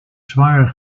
zware